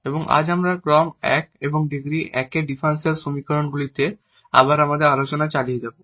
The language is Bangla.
এবং আজ আমরা ক্রম 1 এবং ডিগ্রী 1 এর ডিফারেনশিয়াল সমীকরণগুলিতে আবার আমাদের আলোচনা চালিয়ে যাব